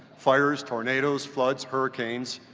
fires, tornadoes, floods, hurricanes,